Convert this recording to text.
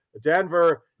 Denver